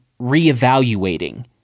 reevaluating